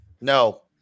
No